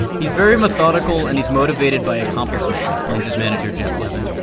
he's very methodical and he's motivated by accomplishment, explains his manager jeff levin.